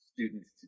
students